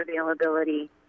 availability